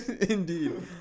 Indeed